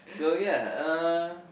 so ya uh